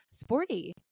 sporty